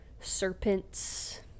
serpents